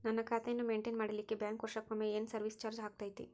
ನನ್ನ ಖಾತೆಯನ್ನು ಮೆಂಟೇನ್ ಮಾಡಿಲಿಕ್ಕೆ ಬ್ಯಾಂಕ್ ವರ್ಷಕೊಮ್ಮೆ ಏನು ಸರ್ವೇಸ್ ಚಾರ್ಜು ಹಾಕತೈತಿ?